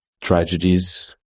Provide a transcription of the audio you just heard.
tragedies